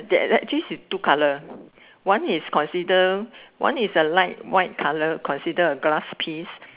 that this this is two colour one is consider one is a light white colour consider a glass piece